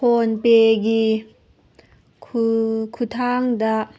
phone ꯄꯦꯒꯤ ꯈꯨꯠꯊꯥꯡꯗ